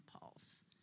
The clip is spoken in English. pulse